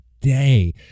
day